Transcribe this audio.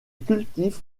cultive